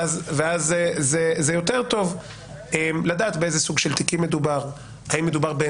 ואז זה יותר טוב לדעת באילו סוגים של תיקים מדובר; האם מדובר,